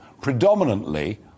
predominantly